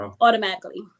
automatically